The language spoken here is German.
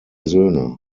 söhne